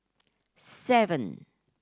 seven